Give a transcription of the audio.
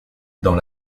dans